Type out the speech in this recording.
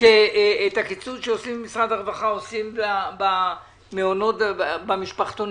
שאת הקיצוץ שעושים במשרד הרווחה עושים במעונות ובמשפחתונים?